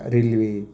railway